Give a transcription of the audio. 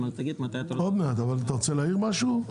אתה רוצה להעיר משהו?